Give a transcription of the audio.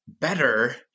better